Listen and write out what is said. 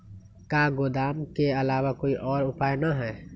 का गोदाम के आलावा कोई और उपाय न ह?